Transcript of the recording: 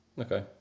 Okay